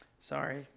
sorry